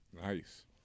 Nice